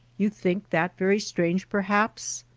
you think that very strange perhaps?